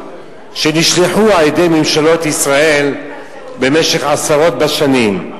שנשלחו על-ידי ממשלות ישראל במשך עשרות בשנים.